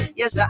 yes